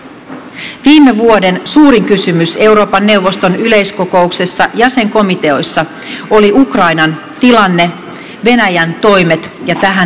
viime vuoden suurin kysymys euroopan neuvoston yleiskokouksessa jäsenkomiteoissa oli ukrainan tilanne venäjän toimet ja tähän liittyvät haasteet